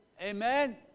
Amen